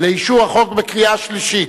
לאישור החוק בקריאה שלישית.